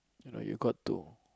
you know you got to